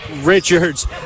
Richards